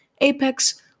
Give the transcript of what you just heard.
Apex